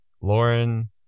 Lauren